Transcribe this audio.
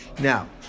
Now